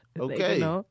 okay